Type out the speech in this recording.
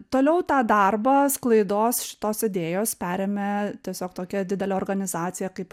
toliau tą darbą sklaidos šitos idėjos perėmė tiesiog tokia didelė organizacija kaip